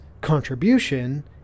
contribution